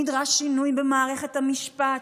נדרש שינוי במערכת המשפט,